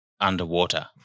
underwater